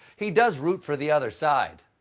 he does root for the other side.